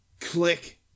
click